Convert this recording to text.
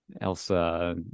Elsa